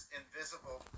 invisible